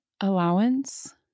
allowance